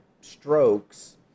strokes